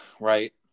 right